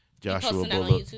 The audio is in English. Joshua